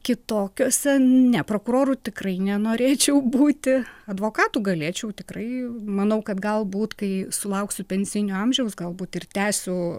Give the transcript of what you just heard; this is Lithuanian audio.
kitokiose ne prokuroru tikrai nenorėčiau būti advokatu galėčiau tikrai manau kad galbūt kai sulauksiu pensinio amžiaus galbūt ir tęsiu